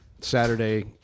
Saturday